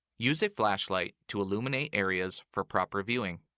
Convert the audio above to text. use a flashlight to illuminate areas for proper viewing.